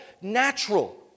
natural